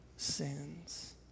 sins